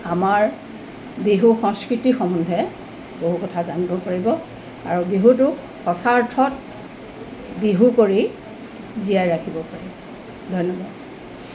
আমাৰ বিহু সংস্কৃতি সম্বন্ধে বহু কথা জানিব পাৰিব আৰু বিহুটোক সঁচা অৰ্থত বিহু কৰি জীয়াই ৰাখিব পাৰিব ধন্যবাদ